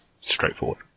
straightforward